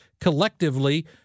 collectively